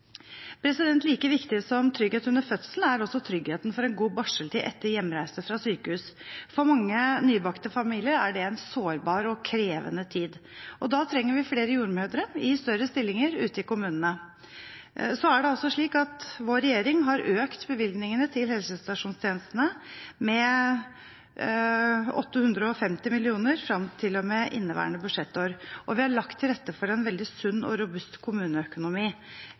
Like viktig som trygghet under fødselen er tryggheten for en god barseltid etter hjemreise fra sykehus. For mange nybakte familier er det en sårbar og krevende tid. Da trenger vi flere jordmødre i større stillinger ute i kommunene. Det er slik at vår regjering har økt bevilgningene til helsestasjonstjenestene med 850 mill. kr frem til og med inneværende budsjettår, og vi har lagt til rette for en veldig sunn og robust kommuneøkonomi.